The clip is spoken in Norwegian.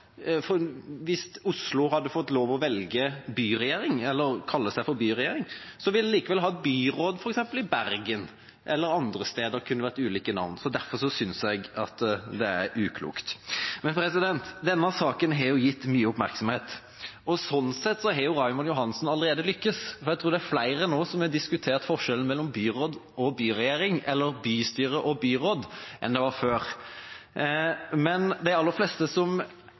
Hvis Oslo byråd hadde fått lov til å kalle seg «byregjering», ville en likevel ha «byråd» i f.eks. Bergen, og andre steder kunne det vært andre navn. Derfor synes jeg det er uklokt. Denne saken har gitt mye oppmerksomhet, og sånn sett har Raymond Johansen allerede lyktes. Jeg tror det er flere som nå har diskutert forskjellen mellom «byråd» og «byregjering» eller «bystyre» og «byråd» enn det var før. Men de aller fleste som